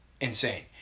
insane